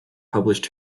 published